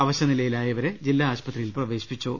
അവശനിലയിലായ ഇവരെ ജില്ലാ അശുപത്രിയിൽ പ്രവേശിപ്പിച്ചു